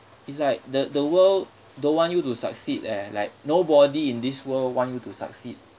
it's like the the world don't want you to succeed eh like nobody in this world want you to succeed